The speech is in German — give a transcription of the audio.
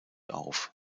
auf